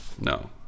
No